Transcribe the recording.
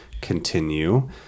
continue